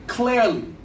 Clearly